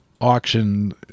auction